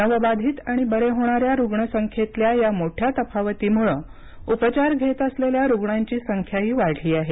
नवबाधित आणि बरे होणाऱ्या कोरोनामुक्त रुग्णसंख्येतल्या या मोठ्या तफावतीमुळे उपचार घेत असलेल्या रुग्णांची संख्याही वाढली आहे